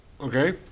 Okay